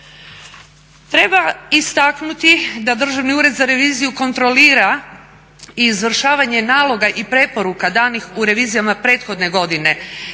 ured za reviziju kontrolira izvršavanje naloga i preporuka danih u revizijama prethodne godine.